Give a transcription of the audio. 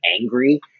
angry